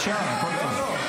אפשר, הכול טוב.